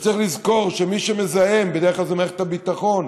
וצריך לזכור שמי שמזהם בדרך כלל זה מערכת הביטחון.